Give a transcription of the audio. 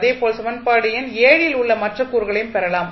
அதேபோல் சமன்பாடடு எண் ல் உள்ள மற்ற கூறுகளையும் பெறலாம்